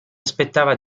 aspettava